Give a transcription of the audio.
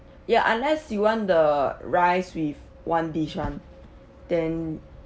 ya unless you want the rice with one dish [one] then